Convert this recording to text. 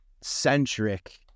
centric